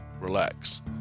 relax